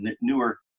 newer